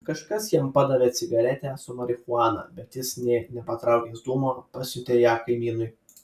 kažkas jam padavė cigaretę su marihuana bet jis nė nepatraukęs dūmo pasiuntė ją kaimynui